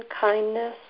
kindness